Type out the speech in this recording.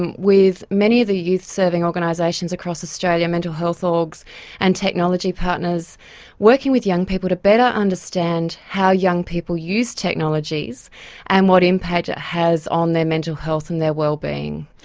and with many of the youth serving organisations across australia, mental health orgs and technology partners working with young people to better understand how young people use technologies and what impact it has on their mental health and their well-being.